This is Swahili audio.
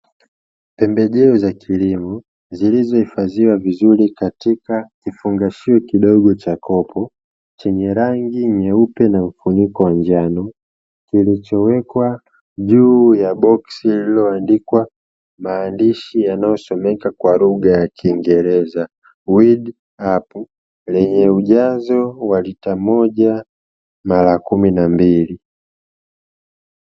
Pembejeo za kilimo zilizohifadhiwa vizuri katika kifungashio kidogo cha kopo chenye rangi nyeupe na mfuniko wa njano, kilichowekwa juu ya boksi lililoandikwa maandishi yanayosomeka kwa lugha ya kingereza "weedup". Lenye ujazo wa lita moja mara kumi na mbili.